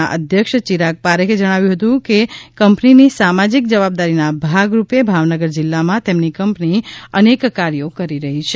ના અધ્યક્ષ ચિરાગ પારેખે જણાવ્યું હતું કે કંપનીની સામાજિક જવાબદારીના ભાગરૂપે ભાવનગર જિલ્લામાં તેમની કંપની અનેક કાર્યો કરી રહી છે